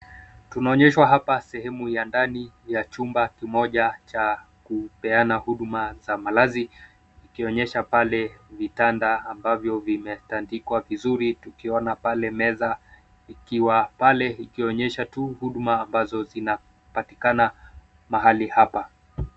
Tunaonyeshwa hapa sehemu ya ndani ya chumba kimoja cha kupeana huduma za malazi ikionyesha pale vitanda ambavyo vimetandikwa vizuri tukiona pale meza ikiwa pale ikionyesha tu huduma ambazo zinapatikana mahali hapa.